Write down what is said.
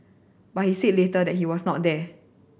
but he said later that he was not there